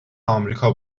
امریکا